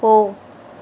போ